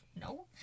no